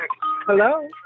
Hello